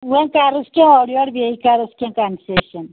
وۅنۍ کَرُس کیٚنٛہہ اورٕ یور بیٚیہِ کَرُس کیٚنٛہہ کنسیٚشن